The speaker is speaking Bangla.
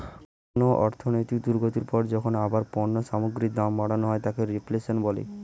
কোনো অর্থনৈতিক দুর্গতির পর যখন আবার পণ্য সামগ্রীর দাম বাড়ানো হয় তাকে রিফ্লেশন বলে